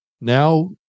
now